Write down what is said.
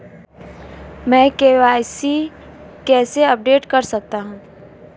मैं के.वाई.सी कैसे अपडेट कर सकता हूं?